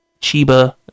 Chiba